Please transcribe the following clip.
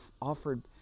offered